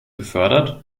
gefördert